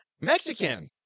mexican